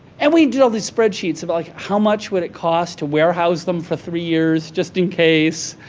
and we did all these spreadsheets of like how much would it cost to warehouse them for three years just in case,